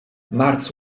mars